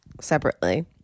separately